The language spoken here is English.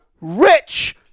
Rich